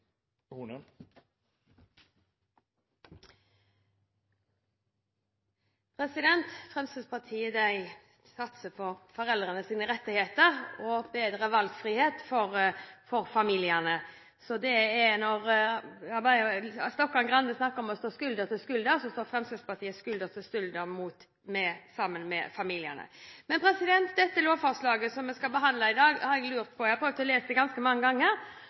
Fremskrittspartiet satser på foreldrenes rettigheter og bedre valgfrihet for familiene. Stokkan-Grande snakker om å stå skulder ved skulder, og Fremskrittspartiet står skulder ved skulder med familiene. Dette lovforslaget som vi skal behandle i dag, har jeg prøvd å lese ganske mange ganger,